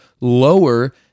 lower